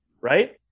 right